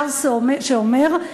שר שאומר,